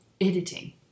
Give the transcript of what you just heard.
editing